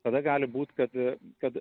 tada gali būt kad kad